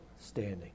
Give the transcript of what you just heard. standing